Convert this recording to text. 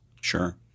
Sure